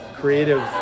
creative